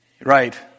Right